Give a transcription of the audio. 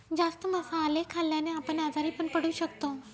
जास्त मसाले खाल्ल्याने आपण आजारी पण पडू शकतो